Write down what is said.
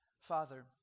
Father